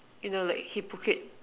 you know like hypocrite